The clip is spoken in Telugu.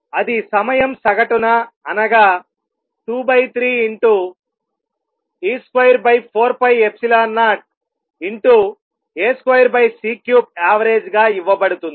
అది సమయం సగటున అనగా 23e24π0a2c3avgగా ఇవ్వబడుతుంది